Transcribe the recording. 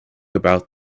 about